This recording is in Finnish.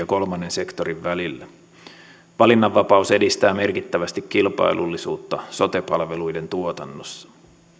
kolmannen sektorin välillä valinnanvapaus edistää merkittävästi kilpailullisuutta sote palveluiden tuotannossa